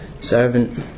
servant